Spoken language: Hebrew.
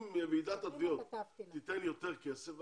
אם ועידת התביעות תיתן יותר כסף,